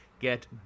get